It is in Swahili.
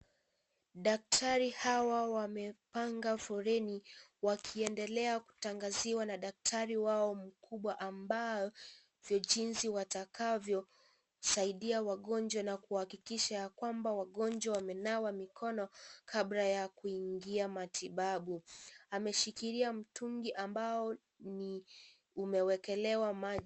Daktari hawa wamepanga foleni wakiendelea kutangaziwa na daktari wao mkubwa ambao kwa jinsi watakavyo kuwasaidia wagonjwa na kuhakikisha ya kwamba wagonjwa wamenawa mikono kabla kuingia matibabu, ameshikilia mtungi ambao umewekelewa maji.